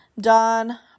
done